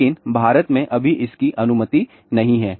लेकिन भारत में अभी इसकी अनुमति नहीं है